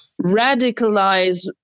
radicalize